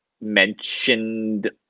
mentioned